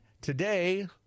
today